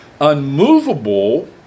unmovable